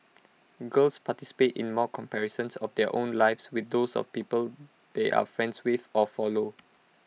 girls participate in more comparisons of their own lives with those of the people they are friends with or follow